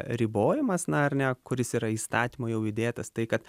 ribojimas na ar ne kuris yra įstatymo jau įdėtas tai kad